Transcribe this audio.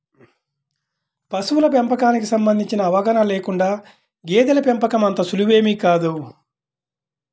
పశువుల పెంపకానికి సంబంధించిన అవగాహన లేకుండా గేదెల పెంపకం అంత సులువేమీ కాదు